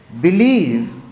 believe